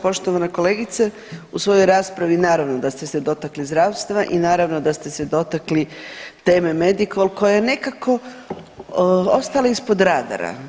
Poštovana kolegice, u svojoj raspravi naravno da ste se dotakli zdravstva i naravno da ste se dotakli teme Medikol koja je nekako ostala ispod radara.